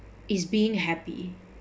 is being happy